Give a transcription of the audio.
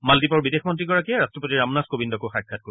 মালদ্বীপৰ বিদেশ মন্ত্ৰীগৰাকীয়ে ৰট্টপতি ৰামনাথ কোবিন্দকো সাক্ষাৎ কৰিব